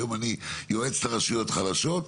היום אני יועץ לרשויות חלשות,